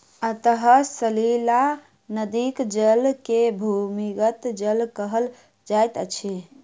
अंतः सलीला नदीक जल के भूमिगत जल कहल जाइत अछि